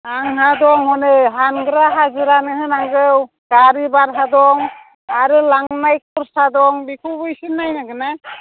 आंहा दं हनै हानग्रा हाजिरानो होनांगौ गारि भारा दं आरो लांनाय खरसा दं बेखौबो एसे नायनांगोन ना